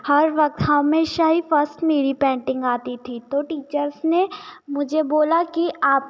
हर वक़्त हमेशा ही फस्ट मेरी पेंटिंग आती थी दो टीचर्स ने मुझे बोला कि आप